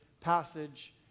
passage